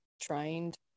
trained